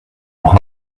noch